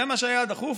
זה מה שהיה דחוף?